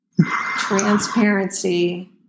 transparency